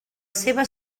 seva